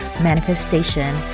manifestation